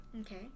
Okay